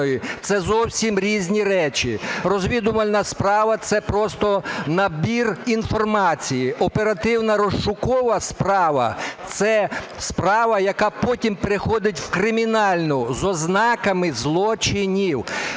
це зовсім різні речі. Розвідувальна справа – це просто набір інформації. Оперативно-розшукова справа – це справа, яка потім переходить в кримінальну з ознаками злочинів.